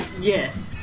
Yes